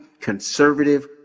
conservative